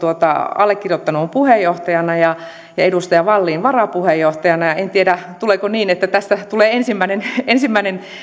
allekirjoittanut on puheenjohtajana ja ja edustaja wallin varapuheenjohtajana ja onko niin että tästä tulee kenties ensimmäinen